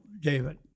David